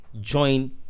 join